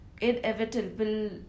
inevitable